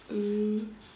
mm